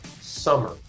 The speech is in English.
summer